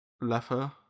Leather